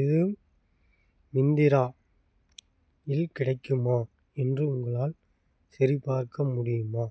இது மிந்திரா இல் கிடைக்குமா என்று உங்களால் சரிபார்க்க முடியுமா